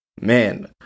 man